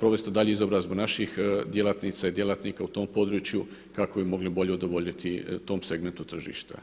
provesti daljnju izobrazbu naših djelatnica i djelatnika u tom području kako bi mogli bolje udovoljiti tom segmentu tržišta.